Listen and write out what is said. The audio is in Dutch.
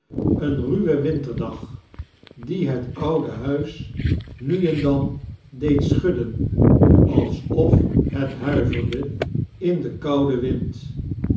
een ruwe winterdag die bet oude huis nu en dan deed scbudden alsof het budveirdei in den kouden wind